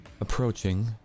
...approaching